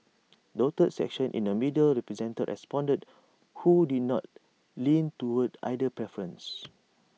dotted sections in the middle represent responded who did not lean towards either preference